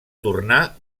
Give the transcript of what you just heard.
tornar